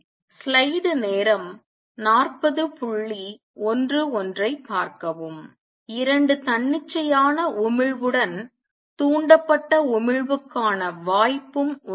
2 தன்னிச்சையான உமிழ்வுடன் தூண்டப்பட்ட உமிழ்வுக்கான வாய்ப்பும் உள்ளது